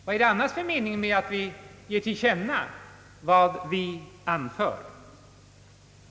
Vad är det annars för mening att ge till känna vad vi anför?